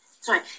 Sorry